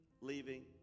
leaving